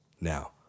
Now